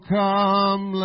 come